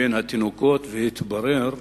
בין התינוקות, והתברר